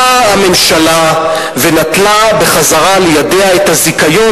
באה הממשלה ונטלה בחזרה לידיה את הזיכיון